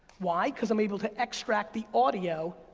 why, cause i'm able to extract the audio.